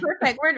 perfect